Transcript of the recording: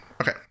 Okay